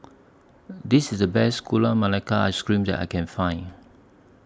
This IS The Best Gula Melaka Ice Cream that I Can Find